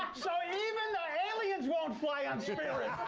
so even the aliens won't fly on spirit.